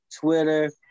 twitter